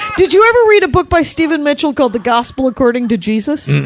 did you ever read a book by stephen mitchell called the gospel according to jesus?